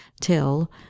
till